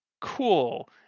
cool